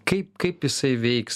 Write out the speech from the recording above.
kaip kaip jisai veiks